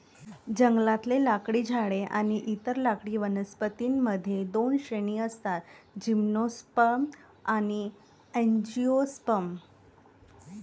जंगलातले लाकडी झाडे आणि इतर लाकडी वनस्पतीं मध्ये दोन श्रेणी असतातः जिम्नोस्पर्म आणि अँजिओस्पर्म